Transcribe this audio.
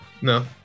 No